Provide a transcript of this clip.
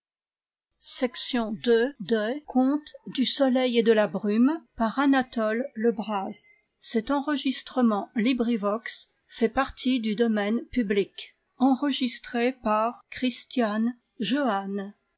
du soleil et de la brume reine anne marguerite et robert le